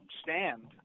stand